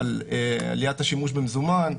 על עליית השימוש במזומן.